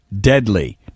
deadly